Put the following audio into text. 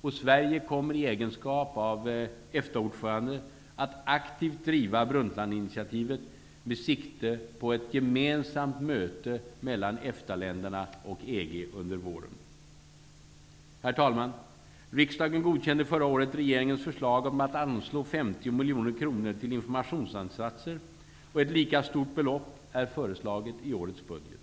och Sverige kommer i egenskap av EFTA-ordförande att aktivt driva Brundtlandinitiativet med sikte på ett gemensamt möte mellan EFTA och EG-länderna under våren. Herr talman! Riksdagen godkände förra året regeringens förslag om att anslå 50 miljoner kronor till informationsinsatser, och ett lika stort belopp är föreslaget i årets budget.